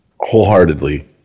wholeheartedly